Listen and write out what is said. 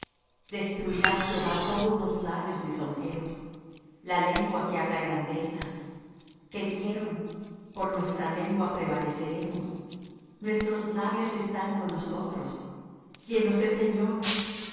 destruirá jehová todos los labios lisonjeros la lengua que habla grandezas que dijeron por nuestra lengua prevaleceremos nuestros labios están con nosotros quién nos es señor